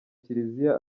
kiliziya